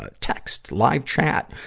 ah text, live chat,